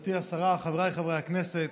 גברתי השרה, חבריי חברי הכנסת,